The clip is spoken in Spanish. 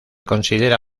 considera